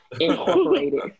Incorporated